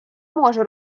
може